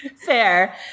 fair